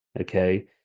Okay